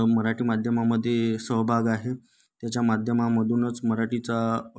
मराठी माध्यमामध्ये सहभाग आहे त्याच्या माध्यमामधूनच मराठीचा